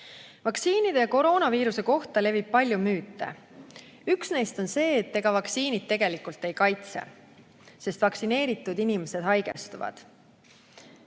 Vaktsiinide ja koroonaviiruse kohta levib palju müüte. Üks neist on see, et ega vaktsiinid tegelikult ei kaitse, sest ka vaktsineeritud inimesed haigestuvad